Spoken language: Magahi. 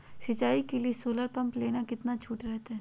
सिंचाई के लिए सोलर पंप लेना है कितना छुट रहतैय?